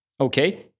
Okay